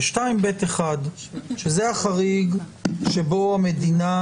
ב-2ב(1) שזה החריג שבו המדינה